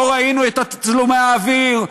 לא ראינו את תצלומי האוויר.